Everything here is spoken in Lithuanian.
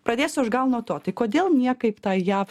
pradėsiu aš gal nuo to tai kodėl niekaip tai jav